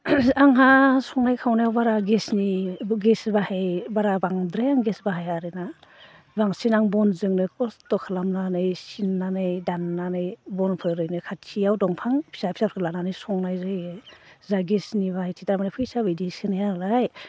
आंहा संनाय खावनायाव बारा गेसनि गेस बाहाय बारा बांद्राय आं गेस बाहाया आरो ना बांसिन आं बनजोंनो खस्थ' खालामनानै सिननानै दाननानै बनखो ओरैनो खाथियाव दंफां फिसा फिसाखो लानानै संनाय जायो जाहा गेसनि बाहायथि माने फैसाबो बिदि सोनो हाया नालाय